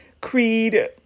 creed